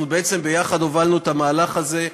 אנחנו בעצם הובלנו ביחד את המהלך הזה.